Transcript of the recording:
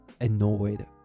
annoyed